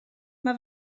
mae